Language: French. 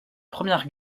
première